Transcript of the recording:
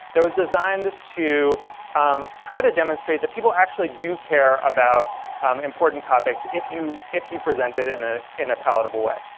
that was designed to um try to demonstrate that people actually do care about important topics, if you if you present them in a in a palatable way.